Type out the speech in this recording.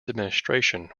administration